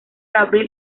abril